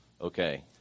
okay